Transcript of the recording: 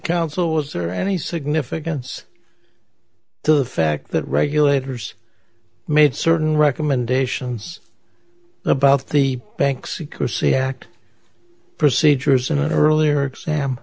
council was there any significance to the fact that regulators made certain recommendations about the bank secrecy act procedures and other earlier exam